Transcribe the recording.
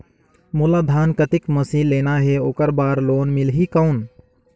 मोला धान कतेक मशीन लेना हे ओकर बार लोन मिलही कौन?